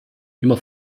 immer